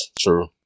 True